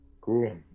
cool